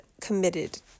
committed